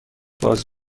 باز